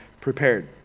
prepared